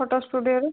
photo ଷ୍ଟୁଡ଼ିଓରୁ